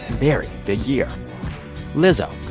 very big year lizzo.